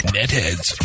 Netheads